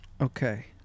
Okay